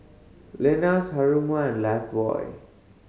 Lenas Haruma and Lifebuoy